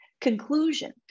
conclusion